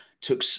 Took